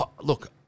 look